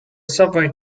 subway